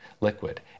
liquid